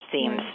seems